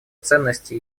ценности